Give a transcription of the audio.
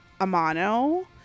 Amano